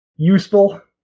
Useful